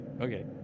okay